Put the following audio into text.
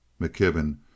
McKibben